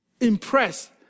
impressed